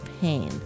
pain